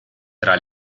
tra